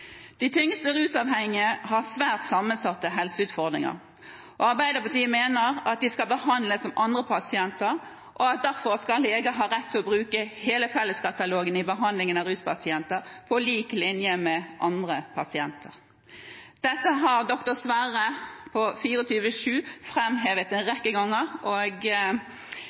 De tyngste rusavhengige har svært sammensatte helseutfordringer. Arbeiderpartiet mener at de skal behandles som andre pasienter, og at leger derfor skal ha rett til å bruke hele Felleskatalogen i behandlingen av ruspasienter – på lik linje med andre pasienter. Dette har doktor Sverre på 24SJU framhevet en rekke ganger. Vi registrerer også at helseministeren har vært i dialog, og